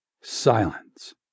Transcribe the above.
Silence